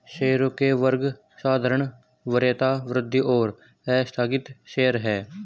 शेयरों के वर्ग साधारण, वरीयता, वृद्धि और आस्थगित शेयर हैं